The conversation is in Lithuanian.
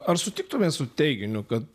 ar sutiktumėt su teiginiu kad